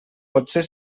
potser